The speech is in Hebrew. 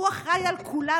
הוא אחראי על כולם,